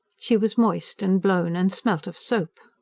she was moist and blown, and smelt of soap.